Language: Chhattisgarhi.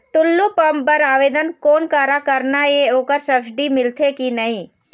टुल्लू पंप बर आवेदन कोन करा करना ये ओकर सब्सिडी मिलथे की नई?